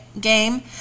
game